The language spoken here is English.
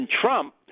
Trump